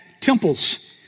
temples